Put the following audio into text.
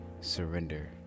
surrender